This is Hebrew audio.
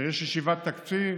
שיש ישיבת תקציב,